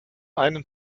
einen